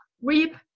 reap